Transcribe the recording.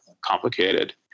complicated